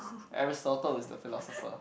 Aristotle is the philosopher